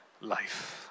life